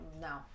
no